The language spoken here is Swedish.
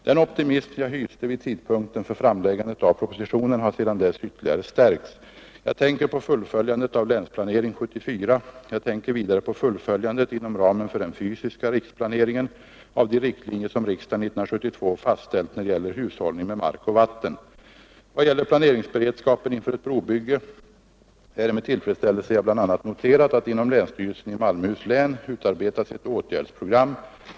Den optimism jag hyste vid tidpunkten för framläggandet av propositionen har sedan dess ytterligare stärkts. Jag tänker på fullföljandet av länsplanering 1974. Jag tänker vidare på fullföljandet —- inom ramen för den fysiska riksplaneringen — av de riktlinjer som riksdagen år 1972 fastställt när det gäller hushållningen med mark och vatten. I vad gäller planeringsberedskapen inför ett brobygge är det med tillfredsställelse jag bl.a. noterat, att inom länsstyrelsen i Malmöhus län utarbetats ett åtgärdsprogram.